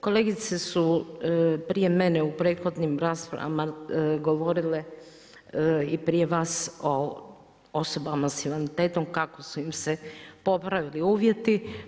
Kolegice su prije mene u prethodnim raspravama govorile i prije vas o osobama sa invaliditetom kako su im se popravili uvjeti.